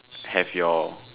have your